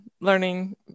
learning